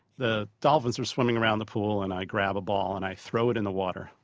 the dolphins were swimming around the pool and i grab a ball and i throw it in the water,